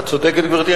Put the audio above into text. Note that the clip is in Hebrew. את צודקת, גברתי.